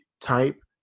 type